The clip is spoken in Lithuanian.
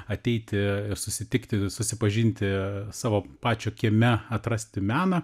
ateiti ir susitikti susipažinti savo pačio kieme atrasti meną